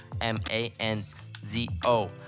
M-A-N-Z-O